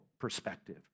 perspective